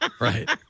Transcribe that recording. Right